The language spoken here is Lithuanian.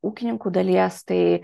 ūkininkų dalies tai